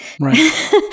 Right